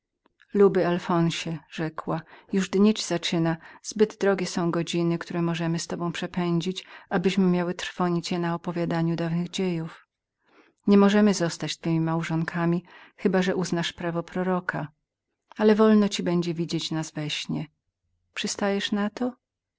przerwała milczenie luby alfonsie rzekła już dnieć zaczyna zbyt drogie godziny które możemy z tobą przepędzić abyśmy mieli trwonić je na opowiadaniu dawnych dziejów niemożemy zostać twemi małżonkami chyba że uznasz prawo proroka ale wolno ci będzie widzieć nas we śnie przystajesz na to